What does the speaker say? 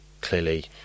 clearly